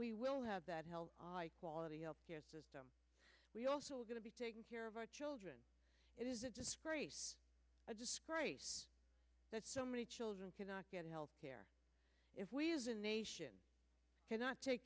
we will have that health quality health care we also are going to be taking care of our children it is a disgrace a disgrace that so many children cannot get health care if we as a nation cannot take